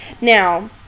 Now